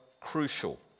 crucial